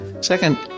Second